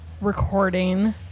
recording